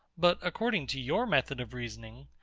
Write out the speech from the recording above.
but according to your method of reasoning,